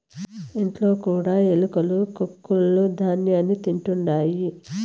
ఇండ్లలో కూడా ఎలుకలు కొక్కులూ ధ్యాన్యాన్ని తింటుంటాయి